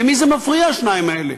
למי זה מפריע השניים האלה?